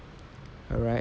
alright